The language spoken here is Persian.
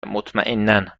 مطمئنا